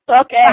Okay